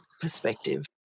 perspective